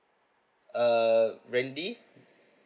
uh randy